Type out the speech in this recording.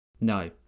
no